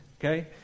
okay